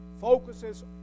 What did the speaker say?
focuses